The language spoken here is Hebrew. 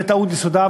בטעות יסודה,